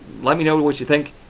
let me know what you think.